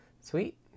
Sweet